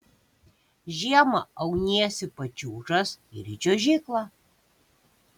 žiemą auniesi pačiūžas ir į čiuožyklą